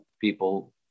people